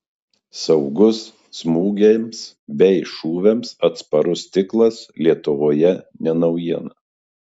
saugus smūgiams bei šūviams atsparus stiklas lietuvoje ne naujiena